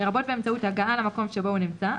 לרבות באמצעות הגעה למקום שבו הוא נמצא,